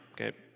okay